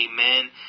Amen